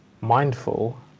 mindful